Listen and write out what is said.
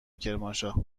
کرمانشاه